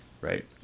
right